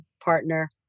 Partner